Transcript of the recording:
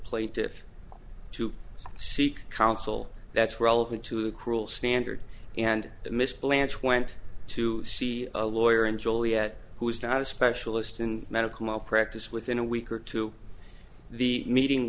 plaintive to seek counsel that's relevant to a cruel standard and miss blanche went to see a lawyer in joliet who is not a specialist in medical malpractise within a week or two the meeting